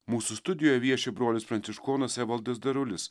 mūsų studijoje vieši brolis pranciškonas evaldas darulis